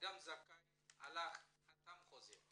אדם זכאי הלך, חתם על חוזה.